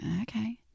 okay